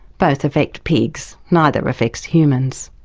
both affect pigs, neither affects humans.